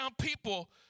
people